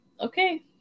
okay